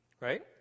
right